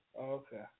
Okay